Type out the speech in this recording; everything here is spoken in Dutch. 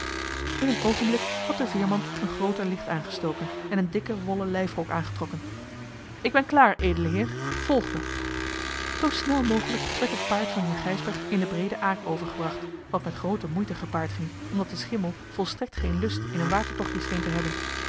in een oogenblik had de veerman een grooter licht aangestoken en een dikken wollen lijfrok aangetrokken ik ben klaar edele heer volg me zoo snel mogelijk werd het paard van heer gijsbrecht in de breede aak overgebracht wat met groote moeite gepaard ging omdat de schimmel volstrekt geen lust in een watertochtje scheen te hebben